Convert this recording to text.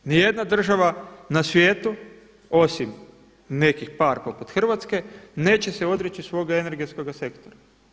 Nijedna država na svijetu osim nekih par poput Hrvatske, neće se odreći svoga energetskoga sektora.